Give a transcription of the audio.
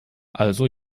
also